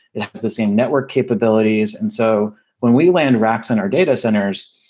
it has the same network capabilities. and so when we land racks in our data centers,